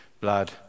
blood